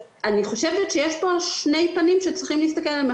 אני חושבת שיש פה שתי פנים שצריכים להסתכל עליהם.